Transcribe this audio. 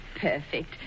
Perfect